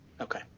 Okay